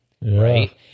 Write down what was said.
right